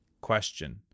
Question